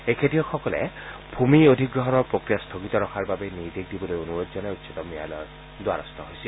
এই খেতিয়কসকলে ভূমি অধীগ্ৰহণৰ প্ৰক্ৰিয়া স্বগিত ৰখাৰ বাবে নিৰ্দেশ দিবলৈ অনুৰোধ জনাই উচ্চতম ন্যায়ালয়ৰ দ্বাৰস্থ হৈছিল